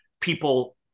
people